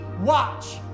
watch